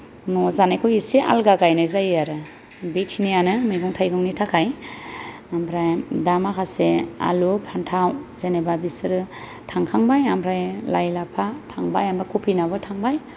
न'आव जानायखौ इसे आलगा गायनाय जायो आरो बेखिनियानो मैगां थाइगंनि थाखाय ओमफ्राय दा माखासे आलु फान्थाव जेनेबा बिसोरो थांखांबाय ओमफ्राय लाइ लाफा थांबाय ओमफ्राय कबिनाबो थांबाय